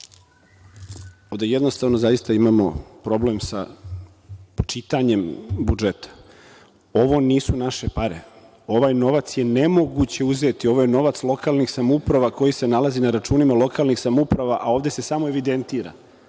Ovde jednostavno zaista imamo problem sa čitanjem budžeta. Ovo nisu naše pare. Ovaj novac je nemoguće uzeti. Ovo je novac lokalnih samouprava koji se nalazi na računima lokalnih samouprava, a ovde se samo evidentira.